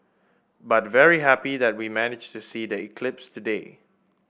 but very happy that we managed to see the eclipse today